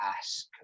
ask